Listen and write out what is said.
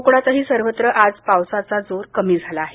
कोकणातही सर्वत्र आज पावसाचा जोर कमी झाला आहे